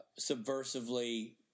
subversively